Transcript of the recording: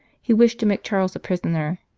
he wished to make charles a prisoner,